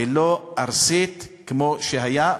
ולא ארסית כמו שהייתה.